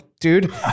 Dude